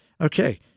Okay